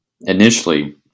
initially